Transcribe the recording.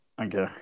Okay